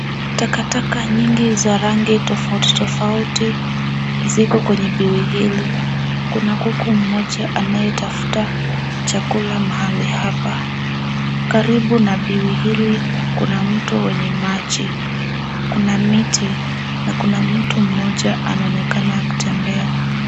Takataka nyingi za rangi tofauti tofauti ziko kwenye biwi hili. Kuna kuku mmoja anayetafuta chakula mahali hapa. Karibu na biwi hili, kuna mto wenye maji. Kuna miti na kuna mtu mmoja anaonekana kutembea.